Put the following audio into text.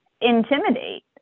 intimidate